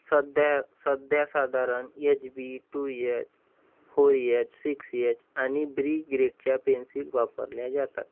सध्या सध्या साधारण H B two H four H six H आणि ब्री ग्रेडच्या पेन्सिल वापरल्या जातात